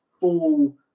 full